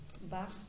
back